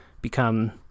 become